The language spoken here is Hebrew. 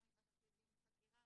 גם מחשש לזיהום חקירה,